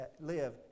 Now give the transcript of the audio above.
live